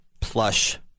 plush